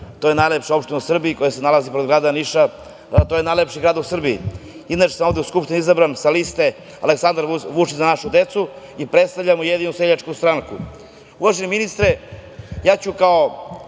to je najlepša opština u Srbiji koja se nalazi pored grada Niša. To je najlepši grad u Srbiji. Inače sam ovde u Skupštini izabran sa liste Aleksandar Vučić – Za našu decu i predstavljam Ujedinjenu seljačku stranku. Uvaženi ministre, ja ću kao